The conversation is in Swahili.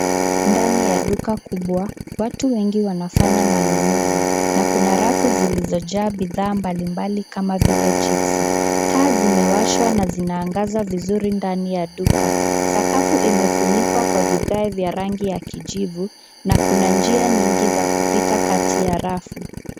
Ndani ya duka kubwa, watu wengi wanafanya manunuzi na kuna rafu zilizojaa bidhaa mbalimbali kama vile chipsi. Taa zimewashwa na zinaangaza vizuri ndani ya duka. Sakafu imefunikwa kwa vigae vya rangi ya kijivu na kuna njia nyingi za kupita kati ya rafu.